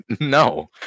No